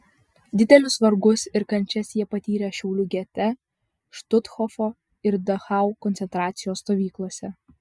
didelius vargus ir kančias jie patyrė šiaulių gete štuthofo ir dachau koncentracijos stovyklose